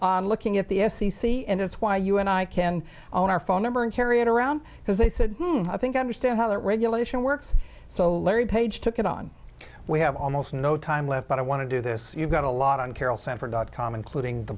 thing looking at the f c c and it's why you and i can own our phone number and carry it around because they said i think i understand how the regulation works so larry page took it on we have almost no time left but i want to do this you've got a lot on carol sanford dot com including the